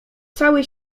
cały